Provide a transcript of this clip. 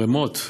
רמו"ט,